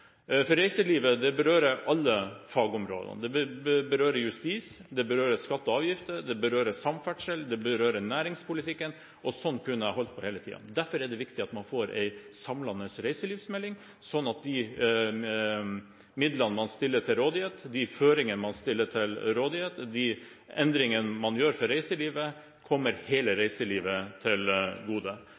For reiselivet berører alle fagområder; det berører justis, det berører skatter og avgifter, det berører samferdsel, det berører næringspolitikken – og slik kunne jeg hele tiden holdt på. Derfor er det viktig at man får en samlende reiselivsmelding, slik at de midlene man stiller til rådighet, de føringer man stiller til rådighet, de endringene man gjør for reiselivet, kommer hele reiselivet til gode.